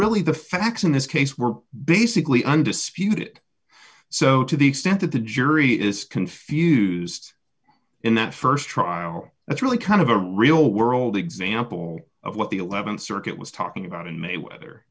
really the facts in this case were basically undisputed so to the extent that the jury is confused in that st trial that's really kind of a real world example of what the th circuit was talking about in may whether